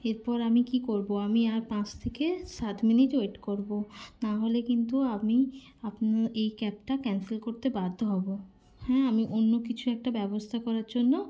এরপর আমি কী করবো আমি আর পাঁচ থেকে সাত মিনিট ওয়েট করবো নাহলে কিন্তু আমি আপনার এই ক্যাবটা ক্যান্সেল করতে বাধ্য হবো হ্যাঁ আমি অন্য কিছু একটা ব্যবস্থা করার জন্য